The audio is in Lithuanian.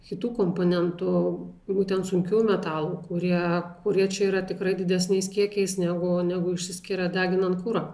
kitų komponentų būtent sunkiųjų metalų kurie kurie čia yra tikrai didesniais kiekiais negu negu išsiskiria deginant kurą